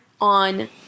on